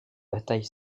bataille